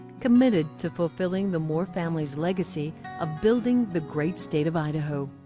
committed to fulfilling the moore family's legacy of building the great state of idaho.